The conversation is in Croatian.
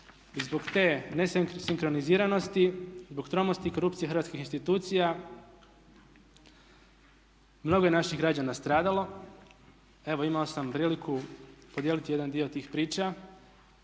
i zbog te ne sinkroniziranosti, zbog tromosti i korupcije hrvatskih institucija mnogo je naših građana stradalo. Evo imao sam priliku podijeliti jedan dio tih priča,